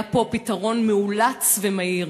היה פה פתרון מאולץ ומהיר.